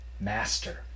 master